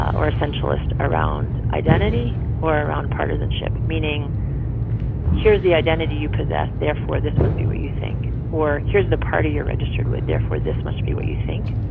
or essentialist around identity or around partisanship, meaning here's the identity you possess. therefore, this must be what you think. or here's the party you're registered with. therefore, this must be what you think.